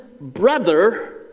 brother